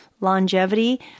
longevity